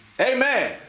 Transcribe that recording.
Amen